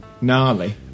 Gnarly